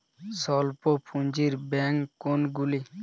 স্বল্প পুজিঁর ব্যাঙ্ক কোনগুলি?